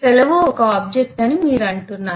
సెలవు ఒక ఆబ్జెక్ట్ అని మీరు అంటున్నారు